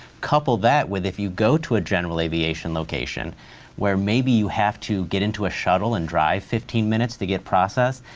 couple that with, if you go to a general aviation location where maybe you have to get into a shuttle and drive fifteen minutes to get process,